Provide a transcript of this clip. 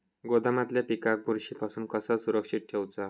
गोदामातल्या पिकाक बुरशी पासून कसा सुरक्षित ठेऊचा?